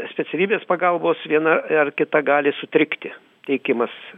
specialybės pagalbos viena ar kita gali sutrikti teikimas